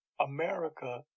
America